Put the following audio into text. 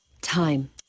Time